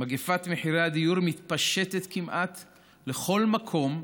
מגפת מחירי הדיור מתפשטת כמעט לכל מקום,